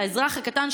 האזרח הקטן,